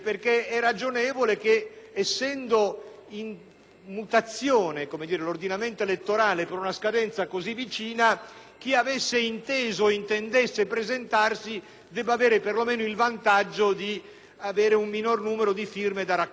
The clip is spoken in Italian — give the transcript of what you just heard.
per una scadenza così vicina, chi avesse inteso o intendesse presentarsi debba avere per lo meno il vantaggio di dover raccogliere un minor numero di firme. Accanto a questo e in un certo senso